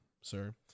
sir